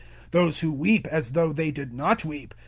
those who weep as though they did not weep,